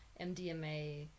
MDMA